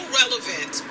relevant